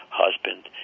husband